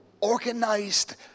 organized